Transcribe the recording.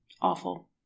Awful